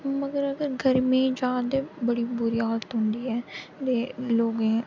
मगर अगर गर्मी च जा ते बड़ी बुरी हालत होंदी ऐ ते लोकें ई